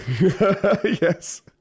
Yes